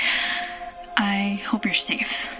i hope you're safe